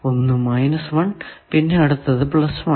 ഒന്ന് മൈനസ് 1 പിന്നെ അടുത്തത് പ്ലസ് 1